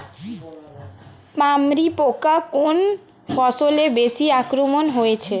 পামরি পোকা কোন ফসলে বেশি আক্রমণ হয়েছে?